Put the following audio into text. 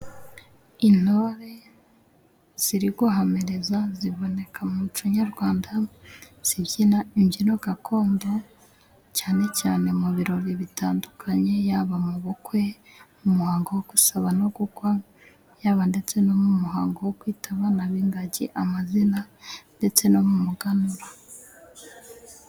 Intore ziri guhamiriza ziboneka muco Nyarwanda, zibyina imbyino gakondo cyane cyane mu birori bitandukanye, yaba mu bukwe, mu muhango wo gusaba no gukwa, yaba ndetse no mu muhango wo kwita abana b'ingagi amazina, ndetse no mu muganura.